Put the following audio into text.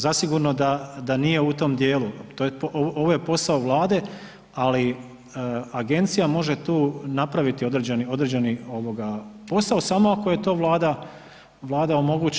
Zasigurno da nije u tom dijelu, ovo je posao Vlade, ali agencija može tu napraviti određeni posao samo ako joj to Vlada omogući.